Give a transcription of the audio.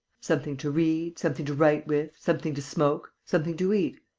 something to read, something to write with, something to smoke, something to eat.